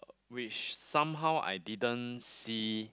which somehow I didn't see